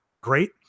great